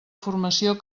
formació